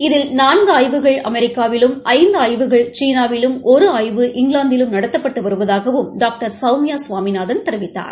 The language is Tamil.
இதில் நான்கு ஆய்வுகள் அமெரிக்காவிலும் ஐந்து ஆய்வுகள் சீனாவிலும் ஒரு ஆய்வு இங்கிலாந்திலும் நடத்தப்பட்டு வருவதாகவும் டாக்டர் சௌமியா சுவாமிநாதன் தெரிவித்தார்